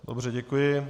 Dobře, děkuji.